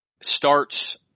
starts